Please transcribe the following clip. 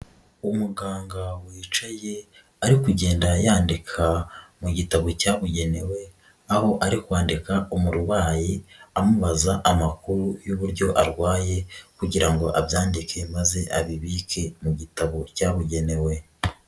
Umuganga wicaye ari kugenda yandika mu gitabo cyabugenewe aho ari kwandika umurwayi amubaza amakuru y'uburyo arwaye kugira ngo abyandike maze abibike mu gitabo cyabugenewe.